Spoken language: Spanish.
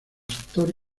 sector